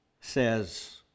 says